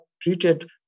treated